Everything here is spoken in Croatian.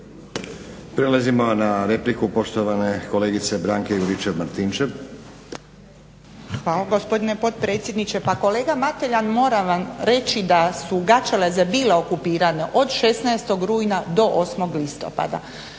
Prelazimo na repliku poštovane kolegice Branke Juričev-Martinčev. **Juričev-Martinčev, Branka (HDZ)** Hvala gospodine potpredsjedniče. Pa kolega Mateljan, moram vam reći da su Gaćeleze bile okupirane od 16. rujna do 8. listopada.